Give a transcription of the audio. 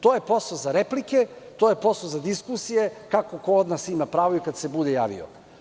To je posao za replike, to je posao za diskusije, kako ko od nas ima pravo i kada se bude javio.